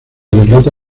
derrota